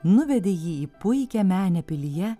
nuvedė jį į puikią menę pilyje